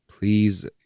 Please